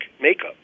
makeup